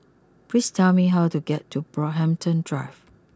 please tell me how to get to Brockhampton Drive